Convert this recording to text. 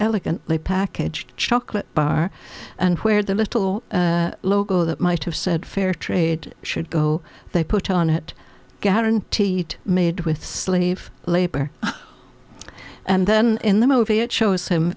elegant packaged chocolate bar and where the little local that might have said fair trade should go they put on it guaranteed made with slave labor and then in the movie it shows